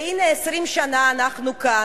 והנה, 20 שנה אנחנו כאן,